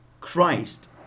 Christ